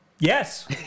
Yes